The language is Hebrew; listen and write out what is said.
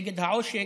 נגד העושק.